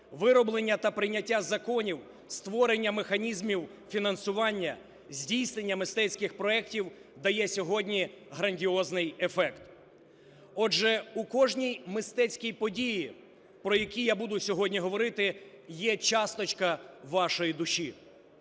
вироблення та прийняття законів, створення механізмів фінансування, здійснення мистецьких проектів – дає сьогодні грандіозний ефект. Отже, у кожній мистецькій події, про які я буду сьогодні говорити, є часточка вашої душі.